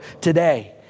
today